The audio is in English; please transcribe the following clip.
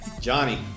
Johnny